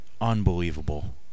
Unbelievable